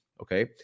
okay